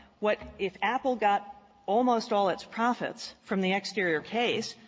what if apple got almost all its profits from the exterior case,